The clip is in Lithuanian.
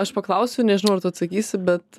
aš paklausiu nežinau ar tu atsakysi bet